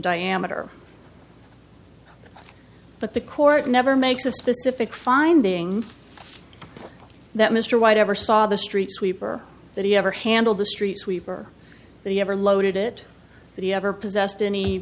diameter but the court never makes a specific finding that mr white ever saw the street sweeper that he ever handled the street sweeper that he ever loaded it that he ever possessed any